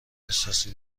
احساسی